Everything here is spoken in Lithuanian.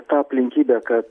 ta aplinkybė kad